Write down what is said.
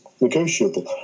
negotiable